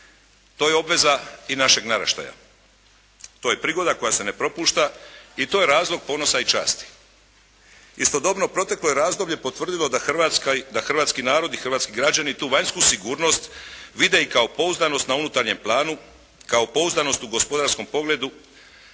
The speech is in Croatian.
To je obveza i našeg naraštaja. To je prigoda koja se ne propušta i to je razlog ponosa i časti. Istodobno proteklo je razdoblje potvrdilo da Hrvatska, hrvatski narod i hrvatski građani tu vanjsku sigurnost vide i kao pouzdanost na unutarnjem planu, kao pouzdanost u gospodarskom pogledu,